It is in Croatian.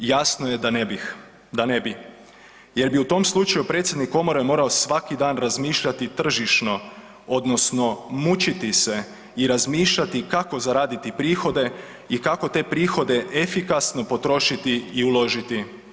Jasno je da ne bi, jer bi u tom slučaju predsjednik komore morao svaki dan razmišljati tržišno odnosno mučiti se i razmišljati kako zaraditi prihode i kako te prihode efikasno potrošiti i uložiti.